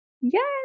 Yes